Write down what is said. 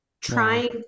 trying